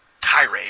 tirade